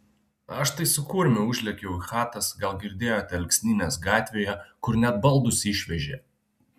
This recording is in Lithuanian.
aš tai su kurmiu užlėkiau į chatas gal girdėjote alksnynės gatvėje kur net baldus išvežė